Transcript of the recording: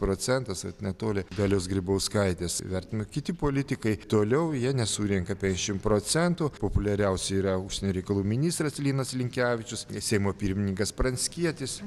procentas vat netoli dalios grybauskaitės vertinimų kiti politikai toliau jie nesurenka penkiasdešim procentų populiariausi yra užsienio reikalų ministras linas linkevičius seimo pirmininkas pranckietis